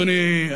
אדוני,